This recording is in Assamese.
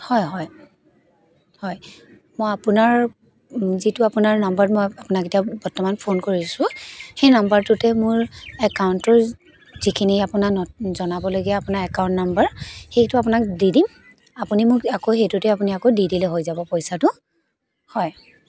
হয় হয় হয় মই আপোনাৰ যিটো আপোনাৰ নাম্বাৰত মই বৰ্তমান ফোন কৰি আছোঁ সেই নাম্বৰটোতে মোৰ একাউণ্টৰ যিখিনি আপোনাৰ জনাবলগীয়া একাউণ্ট নাম্বাৰ সেইটো আপোনাক দি দিম আপুনি মোক আকৌ সেইটোতে আপুনি দি দিলেই হৈ যাব পইচাটো হয়